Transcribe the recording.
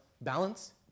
Balance